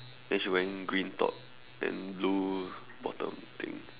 then she wearing green top then blue bottom I think